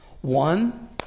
One